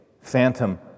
phantom